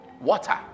Water